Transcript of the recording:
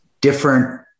different